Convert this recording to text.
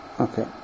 Okay